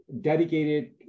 dedicated